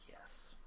Yes